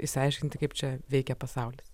išsiaiškinti kaip čia veikia pasaulis